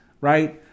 right